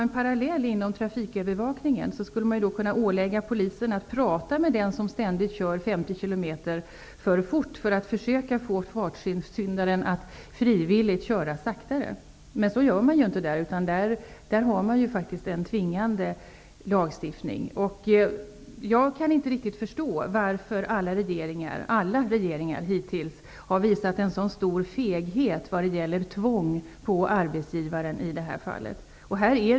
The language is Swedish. En parallell inom trafikövervakningen skulle kunna vara att ålägga polisen att prata med den som ständigt kör 50 km för fort, för att försöka få fartsyndaren att frivilligt köra saktare. Men man gör inte så, utan det är en tvingande lagstiftning som gäller. Jag kan inte förstå varför hittills alla regeringar visat en så stor feghet när det gäller tvång riktat mot i det här fallet arbetsgivaren.